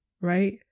right